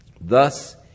Thus